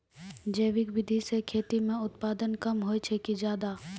जैविक विधि से खेती म उत्पादन कम होय छै कि ज्यादा?